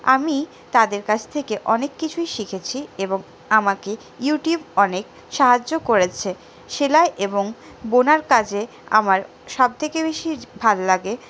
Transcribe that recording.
আমি তাদের কাছ থেকে অনেক কিছুই শিখেছি এবং আমাকে ইউটিউব অনেক সাহায্য করেছে সেলাই এবং বোনার কাজে আমার সবথেকে বেশি ভাল লাগে